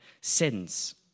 sins